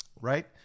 right